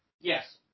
Yes